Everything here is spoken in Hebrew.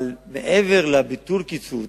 אבל מעבר לביטול קיצוץ,